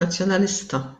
nazzjonalista